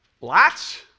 lots